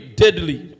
deadly